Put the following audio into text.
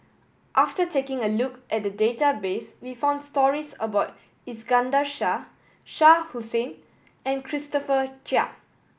after taking a look at the database we found stories about Iskandar Shah Shah Hussain and Christopher Chia